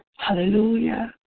Hallelujah